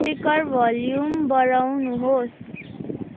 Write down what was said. speaker volume बढाउनुहोस्